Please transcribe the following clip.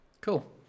Cool